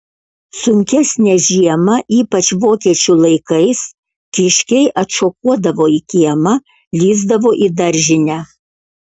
sunkesnę žiemą ypač vokiečių laikais kiškiai atšokuodavo į kiemą lįsdavo į daržinę